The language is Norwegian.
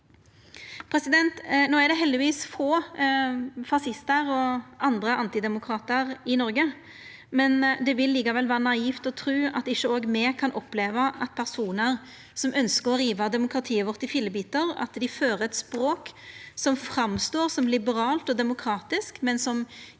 domstolane. No er det heldigvis få fascistar og andre antidemokratar i Noreg. Det vil likevel vera naivt å tru at ikkje òg me kan oppleva at personar som ønskjer å riva demokratiet vårt i fillebitar, fører eit språk som framstår som liberalt og demokratisk, men som i sitt